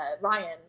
Ryan